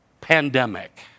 pandemic